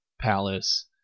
palace